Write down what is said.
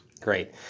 Great